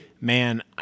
man